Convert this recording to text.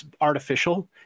artificial